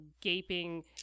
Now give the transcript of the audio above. gaping